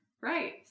Right